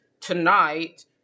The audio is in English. tonight